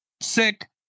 sick